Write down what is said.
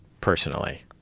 personally